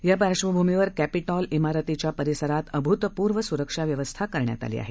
या पार्श्वभूमीवर क्रिटॉल इमारतीच्या परिसरांत अभूतपुर्व सुरक्षा व्यवस्था करण्यात आली आहे